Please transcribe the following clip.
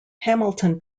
hamilton